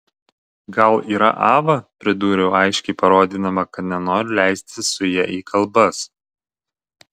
gal yra ava pridūriau aiškiai parodydama kad nenoriu leistis su ja į kalbas